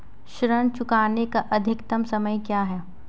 ऋण चुकाने का अधिकतम समय क्या है?